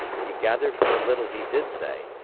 he gathered from the little he did say,